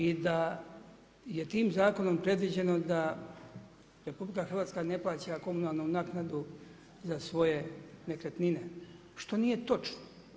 I da je tim zakonom predviđeno da RH ne plaća komunalnu naknadu za svoje nekretnine, što nije točno.